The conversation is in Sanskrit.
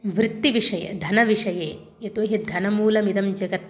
वृत्तिविषये धनविषये यतो हि धनमूलमिदं जगत्